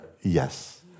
Yes